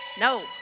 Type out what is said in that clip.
No